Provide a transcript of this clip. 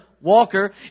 walker